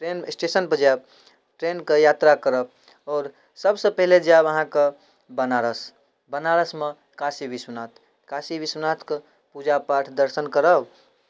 train स्टेशनपर जायब ट्रेनके यात्रा करब आओर सबसँ पहिले जायब अहाँके बनारस बनारसमे काशी विश्वनाथ काशी विश्वनाथके पूजा पाठ दर्शन करब